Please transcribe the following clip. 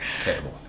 Terrible